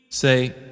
Say